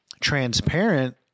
transparent